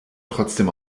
trotzdem